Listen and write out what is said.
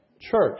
church